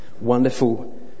wonderful